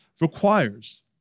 requires